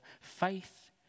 faith